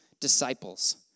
disciples